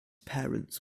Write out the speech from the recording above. parents